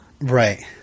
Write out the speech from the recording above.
Right